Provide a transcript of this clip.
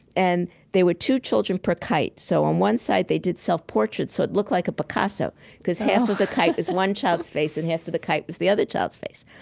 and there were two children per kite. so on one side, they did self portraits, so it looked like a picasso because half of the kite is one child's face and half of the kite was the other child's face.